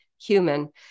human